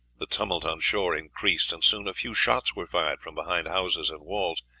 the tumult on shore increased, and soon a few shots were fired from behind houses and walls,